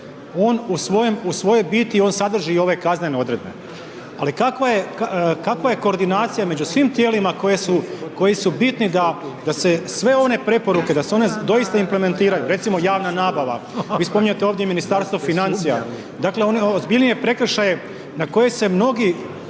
on u svojoj biti sadrži i ove kaznene odredbe ali kakva je koordinacija među svim tijelima koji su bitni da se sve one preporuke, da se one doista implementiraju, recimo javna nabava, vi spominjete ovdje i Ministarstvo financija, dakle ozbiljnije prekršaje na koje se mnogi